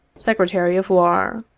secretary of war.